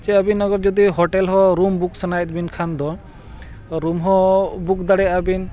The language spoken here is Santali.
ᱪᱮᱫ ᱟᱹᱵᱤᱱ ᱦᱚᱸ ᱡᱩᱫᱤ ᱦᱳᱴᱮᱞ ᱦᱚᱸ ᱨᱩᱢ ᱵᱩᱠ ᱥᱟᱱᱟᱭᱮᱫ ᱵᱤᱱ ᱠᱷᱟᱱ ᱫᱚ ᱨᱩᱢ ᱦᱚᱸ ᱵᱩᱠ ᱫᱟᱲᱮᱭᱟᱜᱼᱟ ᱵᱤᱱ